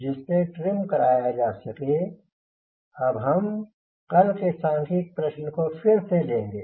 जिससे ट्रिम कराया जा सके अब हम कल के सांख्यिक प्रश्न को फिर लेंगे